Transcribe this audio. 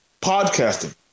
podcasting